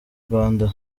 rwanda